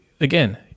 again